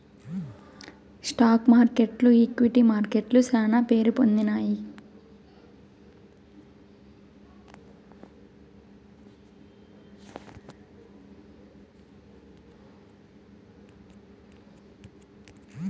stock మార్కెట్లు equity మార్కెట్లు శానా పేరుపొందినాయి